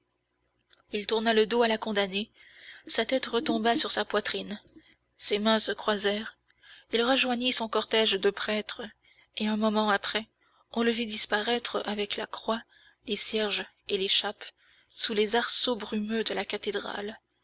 il tourna le dos à la condamnée sa tête retomba sur sa poitrine ses mains se croisèrent il rejoignit son cortège de prêtres et un moment après on le vit disparaître avec la croix les cierges et les chapes sous les arceaux brumeux de la cathédrale